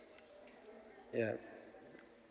yup